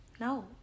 No